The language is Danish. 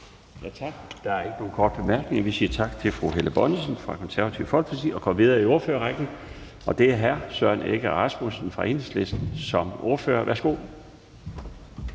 Laustsen): Der er ikke nogen korte bemærkninger, så vi siger tak til fru Helle Bonnesen fra Det Konservative Folkeparti og går videre i ordførerrækken til hr. Søren Egge Rasmussen fra Enhedslisten. Værsgo.